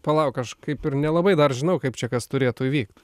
palauk aš kaip ir nelabai dar žinau kaip čia kas turėtų vykt